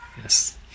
Yes